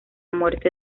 muerte